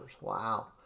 Wow